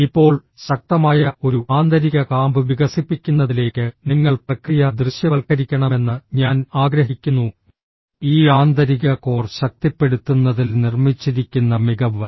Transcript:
ഇപ്പോൾ ശക്തമായ ഒരു ആന്തരിക കാമ്പ് വികസിപ്പിക്കുന്നതിലേക്ക് നിങ്ങൾ പ്രക്രിയ ദൃശ്യവൽക്കരിക്കണമെന്ന് ഞാൻ ആഗ്രഹിക്കുന്നു ഈ ആന്തരിക കോർ ശക്തിപ്പെടുത്തുന്നതിൽ നിർമ്മിച്ചിരിക്കുന്ന മികവ്